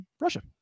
Russia